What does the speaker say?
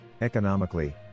Economically